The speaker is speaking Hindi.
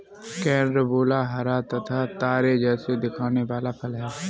कैरंबोला हरा तथा तारे जैसा दिखने वाला फल है